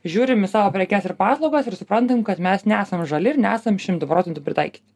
žiūrim į savo prekes ir paslaugas ir suprantam kad mes nesam žali ir nesam šimtu procentų pritaikyti